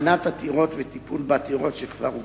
הכנת עתירות וטיפול בעתירות שכבר הוגשו.